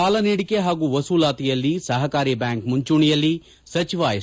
ಸಾಲ ನೀಡಿಕೆ ಹಾಗೂ ಮೂಲಾತಿಯಲ್ಲಿ ಸಹಕಾರಿ ಬ್ಯಾಂಕ್ ಮುಂಚೂಣಿಯಲ್ಲಿ ಸಚಿವ ಎಸ್